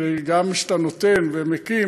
כי גם כשאתה נותן ומקים,